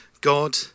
God